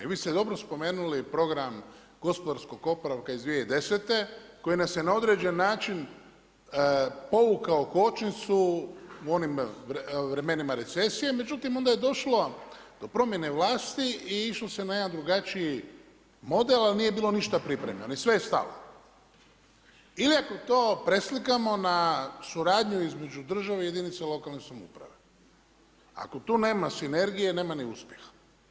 Vi ste dobro spomenuli program gospodarskog oporavka iz 2010. koji nas je na određeni način povukao kočnicu u onim vremenima recesije, međutim onda je došlo do promjene vlasti i išlo se na jedan drugačiji model, ali nije bilo ništa pripremljeno i sve je stalo ili ako to preslikamo na suradnju između države i jedinice lokalne samouprave, ako tu nema sinergije nema ni uspjeha.